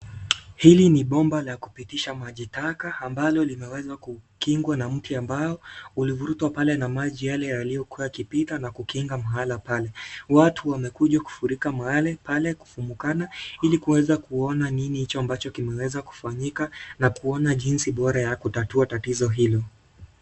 Hili ni bomba la kupitisha maji taka ambalo limeweza kukingwa na mti ambao ulivurutwa pale na maji yale yaliyokuwa yakipita na kukinga mahala pale. Watu wamekuja kufurika mahali pale kufumukana ili kuweza kuona nini hicho ambacho kimeweza kufanyika na kuona jinsi bora ya kutatua tatizo hilo.